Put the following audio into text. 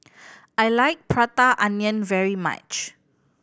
I like Prata Onion very much